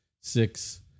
six